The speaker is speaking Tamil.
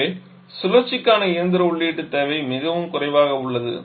எனவே சுழற்சிக்கான இயந்திர உள்ளீட்டு தேவை மிகவும் குறைவாக உள்ளது